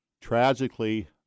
Tragically